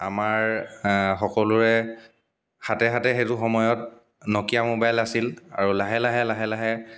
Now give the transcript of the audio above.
আমাৰ সকলোৰে হাতে হাতে সেইটো সময়ত ন'কিয়া মোবাইল আছিল আৰু লাহে লাহে লাহে লাহে